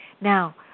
Now